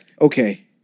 Okay